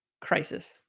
crisis